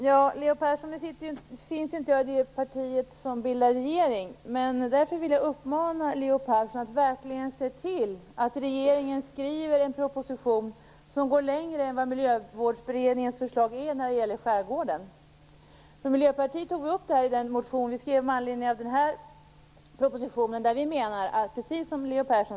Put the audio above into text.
Fru talman! Nu sitter inte jag i det parti som bildar regering, Leo Persson. Därför vill jag uppmana Leo Persson att verkligen se till att regeringen skriver en proposition som går längre än Miljövårdsberedningens förslag när det gäller skärgården. Miljöpartiet tog upp detta i den motion vi skrev med anledning av propositionen. Vi menar samma sak som Leo Persson.